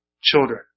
children